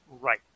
right